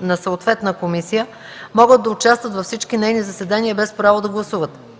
на съответна комисия, могат да участват във всички нейни заседания без право да гласуват.